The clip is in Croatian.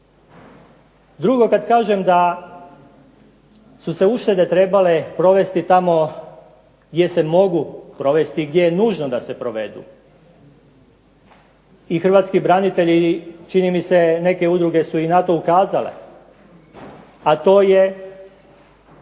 Drugo kad kažem da su se uštede trebale provesti tamo gdje se mogu provesti i gdje je nužno da se provedu i hrvatski branitelji čini mi se, neke udruge su i na to ukazale, a to je